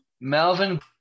Melvin